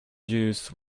juice